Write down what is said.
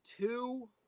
two